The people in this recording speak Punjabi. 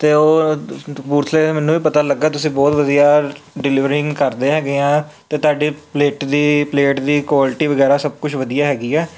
ਅਤੇ ਉਹ ਕਪੂਰਥਲੇ ਦੇ ਮੈਨੂੰ ਵੀ ਪਤਾ ਲੱਗਾ ਤੁਸੀਂ ਬਹੁਤ ਵਧੀਆ ਡਲੀਵਰਿੰਗ ਕਰਦੇ ਹੈਗੇ ਆ ਅਤੇ ਤੁਹਾਡੀ ਪਲੇਟ ਦੀ ਪਲੇਟ ਦੀ ਕੁਆਲਿਟੀ ਵਗੈਰਾ ਸਭ ਕੁਛ ਵਧੀਆ ਹੈਗੀ ਹੈ